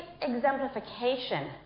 exemplification